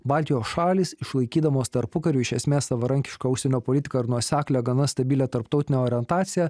baltijos šalys išlaikydamos tarpukariu iš esmės savarankišką užsienio politiką ir nuoseklią gana stabilią tarptautinę orientaciją